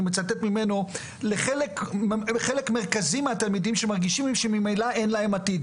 אני מצטט ממנו: "לחלק מרכזי מהתלמידים שמרגישים שממילא אין להם עתיד".